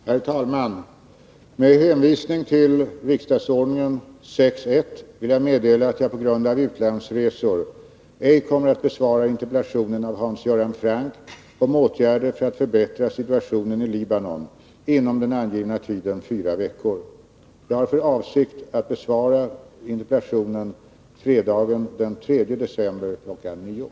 Herr talman! Med hänvisning till riksdagsordningen 6 kap. 15§ vill jag meddela att jag på grund av utlandsresor ej kommer att besvara interpellationen av Hans Göran Franck om åtgärder för att förbättra situationen i Libanon inom den angivna tiden fyra veckor. Jag har för avsikt att besvara interpellationen fredagen den 3 december kl. 09.00.